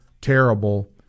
terrible